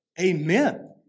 amen